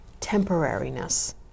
temporariness